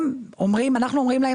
אנחנו אומרים להם